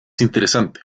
interesante